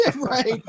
Right